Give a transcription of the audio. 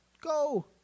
Go